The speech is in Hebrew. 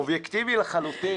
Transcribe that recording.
אובייקטיבי לחלוטין.